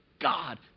God